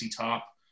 Top